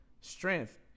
strength